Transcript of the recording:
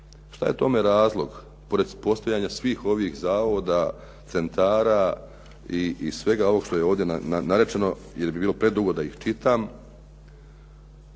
Što je tome razlog pored postojanja svih ovih zavoda, centara i svega ovog što je ovdje narečeno, jer bi bilo predugo da ih čitam,